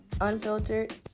unfiltered